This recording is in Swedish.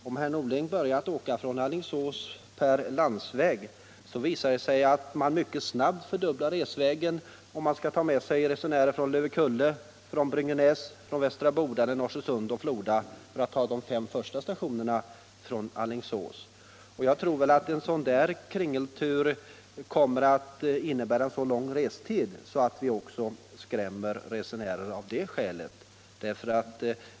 Om herr Norling börjar åka från Alingsås per landsväg, så finner han att resvägen mycket snabbt fördubblas om han skall ta med sig resenärer från Lövekulle, Bryngenäs, Västra Bodarne, Norsesund och Floda, för att nämna de fem första stationerna från Alingsås räknat. Jag tror att en sådan kringeltur skulle innebära så lång restid att vi också skrämmer resenärer av det skälet.